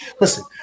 Listen